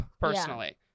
personally